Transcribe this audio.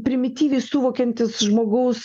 primityviai suvokiantys žmogaus